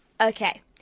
Okay